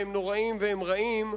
הם נוראיים והם רעים,